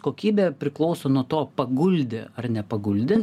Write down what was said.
kokybė priklauso nuo to paguldė ar nepaguldė